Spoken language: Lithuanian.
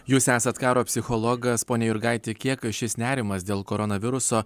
jūs esat karo psichologas pone jurgaiti kiek šis nerimas dėl koronaviruso